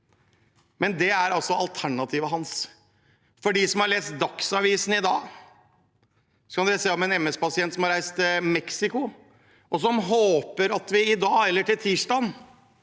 men det er altså alternativet hans. De som har lest Dagsavisen i dag, kunne lese om en MS-pasient som har reist til Mexico, og som håper at vi i dag, eller på tirsdag,